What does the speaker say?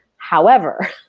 however